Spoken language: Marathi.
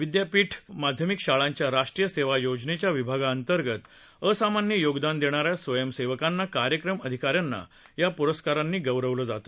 विद्यापीठ माध्यमिक शाळांच्या राष्ट्रीय सेवा योजनेच्या विभागाअंतर्गत असामान्य योगदान देणाऱ्या स्वयंसेवकांना कार्यक्रम अधिकाऱ्यांना या प्रस्कारांनी गौरवलं जात